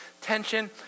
tension